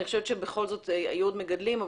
היו עוד מגדלים,